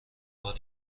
بار